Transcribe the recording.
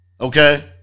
Okay